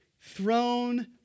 throne